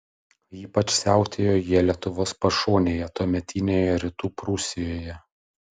ypač siautėjo jie lietuvos pašonėje tuometinėje rytų prūsijoje